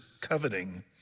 coveting